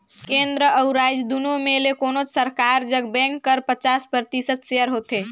केन्द्र अउ राएज दुनो में ले कोनोच सरकार जग बेंक कर पचास परतिसत सेयर होथे